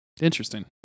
Interesting